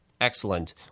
excellent